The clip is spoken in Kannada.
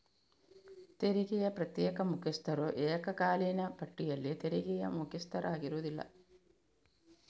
ತೆರಿಗೆಯ ಪ್ರತ್ಯೇಕ ಮುಖ್ಯಸ್ಥರು ಏಕಕಾಲೀನ ಪಟ್ಟಿಯಲ್ಲಿ ತೆರಿಗೆಯ ಮುಖ್ಯಸ್ಥರಾಗಿರುವುದಿಲ್ಲ